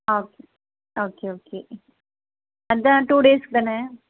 ஆவ் okay okay அதுதான் two டேஸுக்குதானே